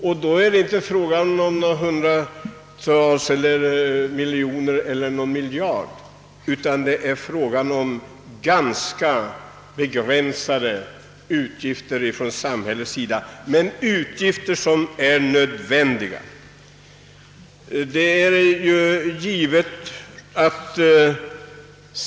Och det är inte fråga om hundratals miljoner kronor eller kanske miljarder, utan om ganska begränsade samhällsutgifter — men utgifter som är nödvändiga!